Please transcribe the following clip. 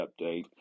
update